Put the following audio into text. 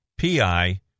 PI